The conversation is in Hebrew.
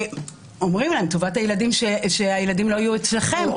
שאומרים להם שטובת הילדים שהילדים לא יהיו אצלם,